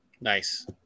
Nice